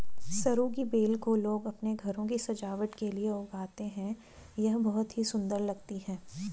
सरू की बेल को लोग अपने घरों की सजावट के लिए लगाते हैं यह बहुत ही सुंदर लगती है